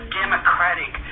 democratic